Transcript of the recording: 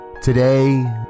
Today